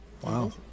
Wow